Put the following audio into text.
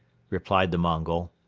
replied the mongol.